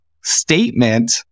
statement